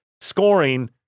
scoring